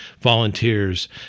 volunteers